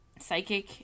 psychic